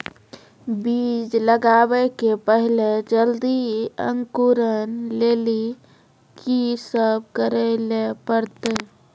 बीज लगावे के पहिले जल्दी अंकुरण लेली की सब करे ले परतै?